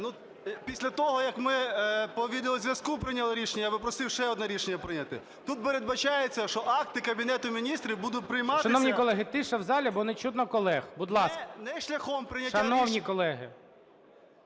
після того, як ми по відео-зв'язку прийняли рішення, я би просив ще одне рішення прийняти. Тут передбачається, що акти Кабінету Міністрів будуть прийматися не шляхом... ГОЛОВУЮЧИЙ. Шановні колеги, тиша в залі, бо не чутно колег, будь ласка. Шановні колеги!